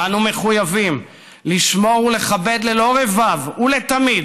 אנו מחויבים לשמור ולכבד ללא רבב ולתמיד